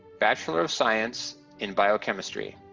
bachelor of science in biochemistry.